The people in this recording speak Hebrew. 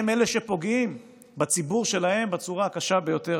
הם אלה שפוגעים בציבור שלהם בצורה הקשה ביותר,